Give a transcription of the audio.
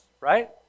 Right